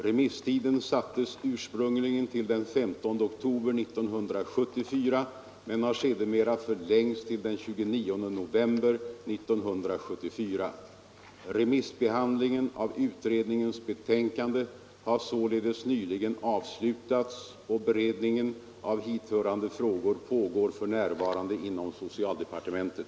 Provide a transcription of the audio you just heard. Remisstiden sattes ursprungligen till den 15 oktober 1974 men har sedermera förlängts till den 29 november 1974. Remissbehandlingen av utredningens betänkande har således nyligen avslutats och beredningen av hithörande frågor pågår för närvarande inom socialdepartementet.